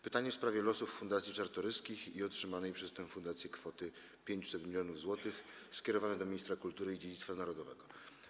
Pytanie w sprawie losów fundacji Czartoryskich i otrzymanej przez tę fundację kwoty 500 mln zł jest kierowane do ministra kultury i dziedzictwa narodowego.